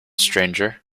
stranger